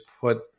put